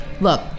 look